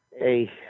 Hey